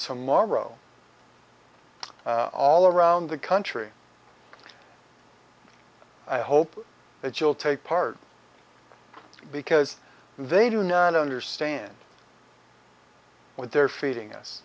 tomorrow all around the country i hope that you'll take part because they do not understand what they're feeding us